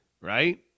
right